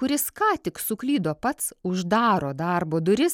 kuris ką tik suklydo pats uždaro darbo duris